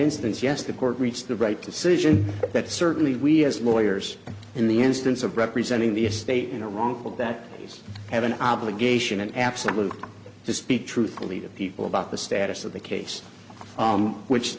instance yes the court reached the right decision but certainly we as lawyers in the instance of representing the estate in a wrongful that does have an obligation an absolute to speak truthfully to people about the status of the case which